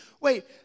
wait